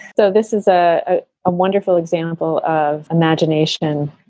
so this is a ah ah wonderful example of imagination,